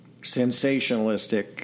sensationalistic